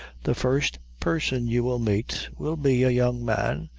the first person you will meet will be a young man,